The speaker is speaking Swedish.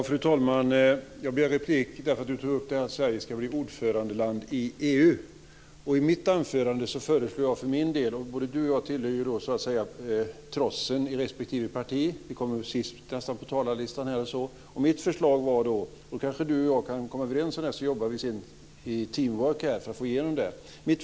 Fru talman! Jag begärde replik därför att Anne Katrine Dunker tog upp frågan om att Sverige ska bli ordförandeland i EU. I mitt anförande föreslår jag för min del - både Anne-Katrine Dunker tillhör ju så att säga trossen i respektive parti genom att vara bland de sista på talarlistan - att Sverige tar upp jämställdhet och miljö. Anne-Katrine Dunker och jag kanske kan komma överens om detta, så kan vi sedan ha ett teamwork för att få igenom detta.